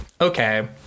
okay